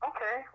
Okay